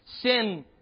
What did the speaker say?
Sin